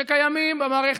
שקיימים במערכת.